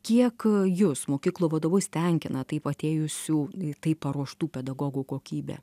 kiek jus mokyklų vadovus tenkina taip atėjusių į tai paruoštų pedagogų kokybė